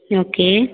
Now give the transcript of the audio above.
okay